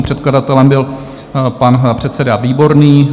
Předkladatelem byl pan předseda Výborný.